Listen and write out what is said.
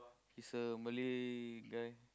he's a Malay guy